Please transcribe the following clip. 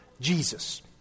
Jesus